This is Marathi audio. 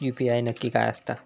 यू.पी.आय नक्की काय आसता?